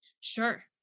Sure